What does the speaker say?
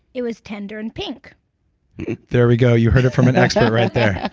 it was tender and pink there we go. you heard it from an expert right there it